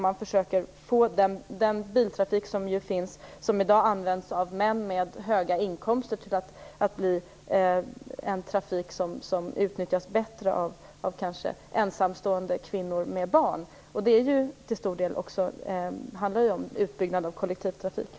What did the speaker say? Man försöker få den trafik med bilar som körs av män med höga inkomster att bli en trafik som mer utnyttjas av kanske ensamstående kvinnor med barn. Det handlar till stor del om att bygga ut kollektivtrafiken.